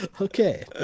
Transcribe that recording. Okay